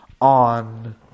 On